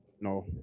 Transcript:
No